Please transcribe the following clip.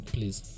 Please